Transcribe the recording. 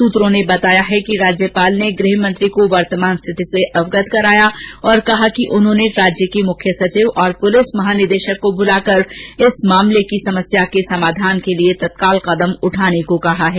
सूत्रों ने बताया है कि राज्यपाल ने गृह मंत्री को वर्तमान स्थिति से अवगत कराया और कहा कि उन्होंने राज्य के मुख्य सचिव और पुलिस महानिदेशक को बुला कर इस मामले के समाधान के लिए तत्काल कदम उठाने को कहा है